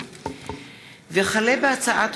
יאיר לפיד,